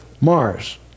Mars